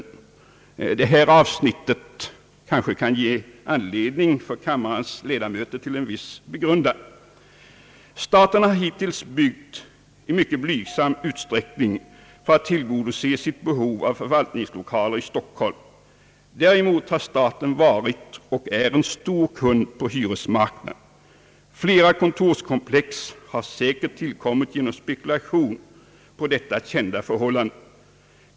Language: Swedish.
Följande avsnitt kan kanske ge kammarens ledamöter anledning till en viss begrundan. » Staten har hittills byggt i mycket blygsam utsträckning för att tillgodose sitt behov av förvaltningslokaler i Stockholm. Däremot har staten varit och är en stor kund på hyresmarknaden. Flera kontorskomplex har säkert tillkommit genom spekulation på detta kända förhållande.